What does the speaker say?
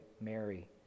Mary